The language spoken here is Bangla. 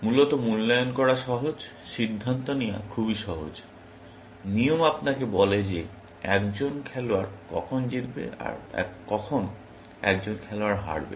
মূলত মূল্যায়ন করা সহজ সিদ্ধান্ত নেওয়া খুবই সহজ নিয়ম আপনাকে বলে যে একজন খেলোয়াড় কখন জিতবে আর কখন একজন খেলোয়াড় হারবে